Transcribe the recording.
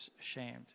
ashamed